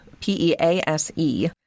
P-E-A-S-E